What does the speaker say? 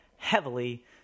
Heavily